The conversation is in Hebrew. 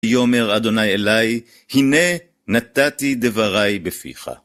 ויאמר אדוני אלי, הנה נתתי דבריי בפיך.